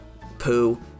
poo